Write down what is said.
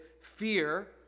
fear